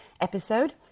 episode